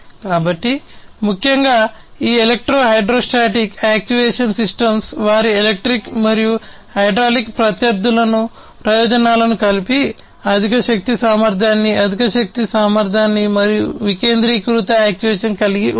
కాబట్టి ముఖ్యంగా ఈ ఎలక్ట్రో హైడ్రోస్టాటిక్ యాక్చుయేషన్ సిస్టమ్స్ వారి ఎలక్ట్రిక్ మరియు హైడ్రాలిక్ ప్రత్యర్ధుల ప్రయోజనాలను కలిపి అధిక శక్తి సామర్థ్యాన్ని అధిక శక్తి సామర్థ్యాన్ని మరియు వికేంద్రీకృత యాక్చుయేషన్ను కలిగి ఉంటాయి